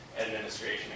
administration